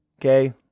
okay